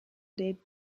des